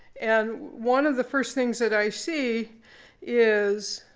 and one of the first things that i see is,